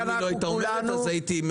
אם היא לא הייתה אומרת אז הייתי...